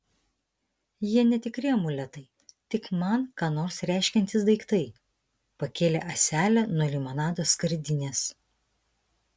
jie netikri amuletai tik man ką nors reiškiantys daiktai pakėlė ąselę nuo limonado skardinės